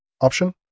option